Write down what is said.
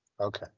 Okay